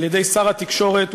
על-ידי שר התקשורת,